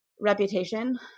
reputation